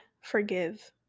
forgive